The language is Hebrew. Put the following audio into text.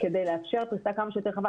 כדי לאפשר פריסה כמה שיותר רחבה,